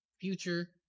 future